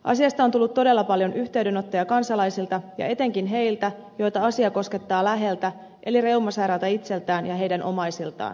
asiasta on tullut todella paljon yhteydenottoja kansalaisilta ja etenkin heiltä joita asia koskettaa läheltä eli reumasairailta itseltään ja heidän omaisiltaan